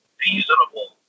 reasonable